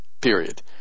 Period